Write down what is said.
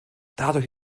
dadurch